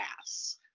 ass